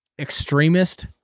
extremist